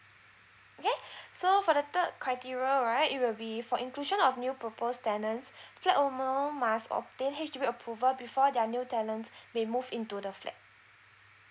okay so for the third criteria right it will be for inclusion of new proposed tenants flat owner must obtain H_D_B approval before their new tenants may move into the flat